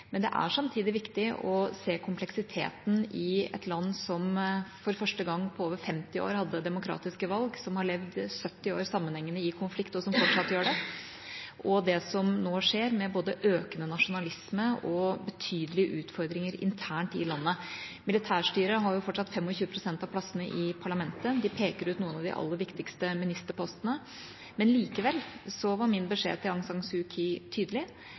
Men det er samtidig viktig å se kompleksiteten i et land som for første gang på over 50 år hadde demokratiske valg, som har levd 70 år sammenhengende i konflikt, og som fortsatt gjør det, og det som nå skjer, med både økende nasjonalisme og betydelige utfordringer internt i landet. Militærstyret har fortsatt 25 pst. av plassene i parlamentet. De peker ut noen av de aller viktigste ministerpostene. Likevel var min beskjed til Aung San Suu Kyi tydelig.